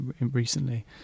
recently